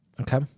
Okay